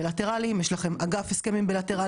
אתם יכולים לדבר עם השגרירויות,